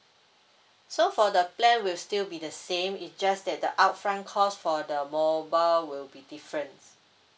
so for the plan will still be the same it just that the upfront cost for the mobile will be different